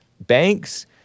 banks